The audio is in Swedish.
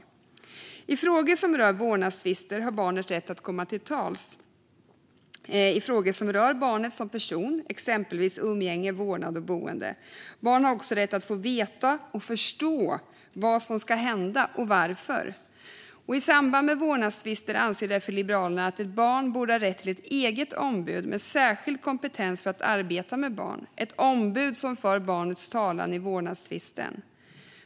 Ett stärkt barnrätts-perspektiv i vårdnads-tvister I vårdnadstvister har barnet rätt att komma till tals i frågor som rör barnet som person, exempelvis umgänge, vårdnad och boende. Barnet har också rätt att få veta och förstå vad som ska hända och varför. Liberalerna anser därför att barn i samband med vårdnadstvister borde ha rätt till ett eget ombud med särskild kompetens för att arbeta med barn, ett ombud som för barnens talan i vårdnadstvisten.